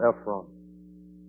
Ephron